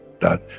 that,